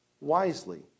wisely